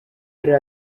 yari